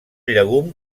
llegum